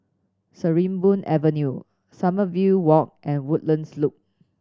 Sarimbun Avenue Sommerville Walk and Woodlands Loop